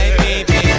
baby